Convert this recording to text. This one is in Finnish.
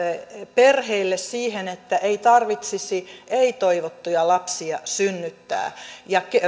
perheille siihen että ei tarvitsisi ei toivottuja lapsia synnyttää